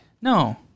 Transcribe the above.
No